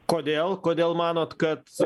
kodėl kodėl manot kad